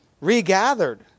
regathered